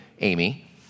Amy